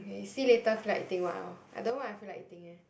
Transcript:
okay see later feel like eating [what] loh I don't know what I feel like eating eh